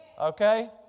Okay